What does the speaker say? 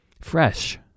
fresh